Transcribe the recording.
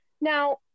Now